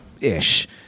ish